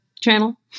channel